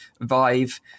vive